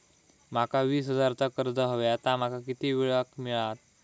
माका वीस हजार चा कर्ज हव्या ता माका किती वेळा क मिळात?